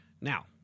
Now